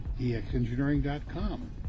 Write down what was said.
EXEngineering.com